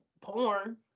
porn